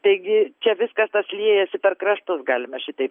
taigi čia viskas tas liejasi per kraštus galima šitaip